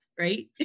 Right